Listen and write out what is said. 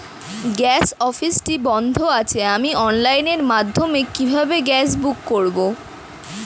Gas অফিসটি বন্ধ আছে আমি অনলাইনের মাধ্যমে কিভাবে গ্যাস বুকিং করব?